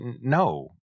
no